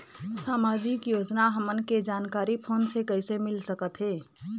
सामाजिक योजना हमन के जानकारी फोन से कइसे मिल सकत हे?